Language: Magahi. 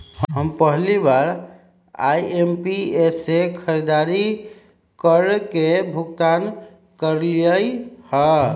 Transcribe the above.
हम पहिला बार आई.एम.पी.एस से खरीदारी करके भुगतान करलिअई ह